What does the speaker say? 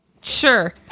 Sure